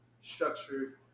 structured